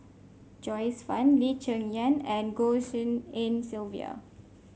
Joyce Fan Lee Cheng Yan and Goh Tshin En Sylvia